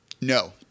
No